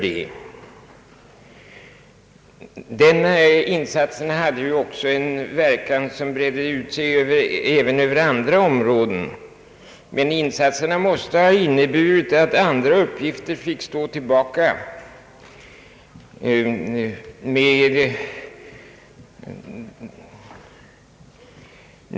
Verkningarna av denna insats bredde ut sig även över andra områden, men den stora satsningen måste ha inneburit att andra uppgifter fick stå tillbaka.